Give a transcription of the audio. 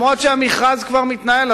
אף-על-פי שהמכרז כבר מתנהל,